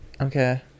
Okay